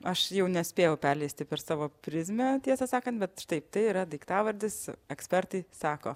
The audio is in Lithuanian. aš jau nespėjau perleisti per savo prizmę tiesą sakant bet taip tai yra daiktavardis ekspertai sako